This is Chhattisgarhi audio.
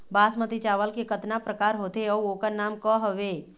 बासमती चावल के कतना प्रकार होथे अउ ओकर नाम क हवे?